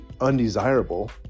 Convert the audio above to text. undesirable